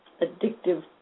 addictive